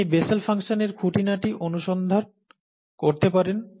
আপনি বেসেল ফাংশনের খুঁটিনাটি অনুসন্ধান করতে পারেন